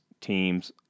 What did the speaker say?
teams